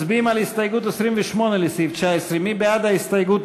מצביעים על הסתייגות 28 לסעיף 19. מי בעד ההסתייגות?